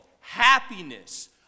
happiness